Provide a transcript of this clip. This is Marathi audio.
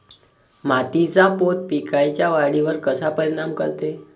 मातीचा पोत पिकाईच्या वाढीवर कसा परिनाम करते?